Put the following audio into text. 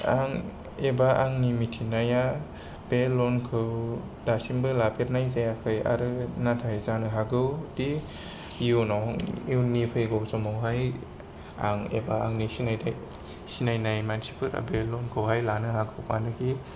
आं एबा आंनि मिथिनाया बे लनखौ दासिमबो लाफेरनाय जायाखै आरो नाथाइ जानो हागौ दि इउनाव इउननि फैगौ समावहाय आं एबा आंनि सिनायनाय सिनायनाय मानसिफोरा बे लनखौहाय लानो हागौ मानिकि